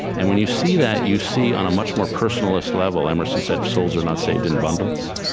and when you see that, you see on a much more personalist level. emerson said, souls are not saved in bundles.